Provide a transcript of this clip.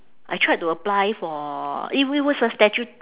I tried to apply for it it was a statu~